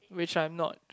which I'm not